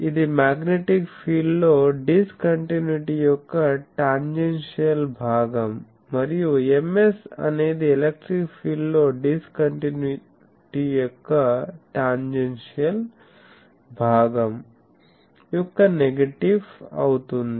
ఇది magnetic field లో discontinuity యొక్క టాన్జెన్సియల్ భాగం మరియు Ms అనేది ఎలక్ట్రిక్ ఫీల్డ్ లో డిస్ కంటిన్యుటీ యొక్క టాన్జెన్సియల్ భాగం యొక్క నెగెటివ్ అవుతుంది